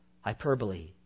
hyperbole